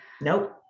Nope